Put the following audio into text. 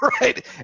Right